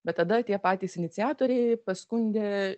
bet tada tie patys iniciatoriai paskundė